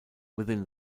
within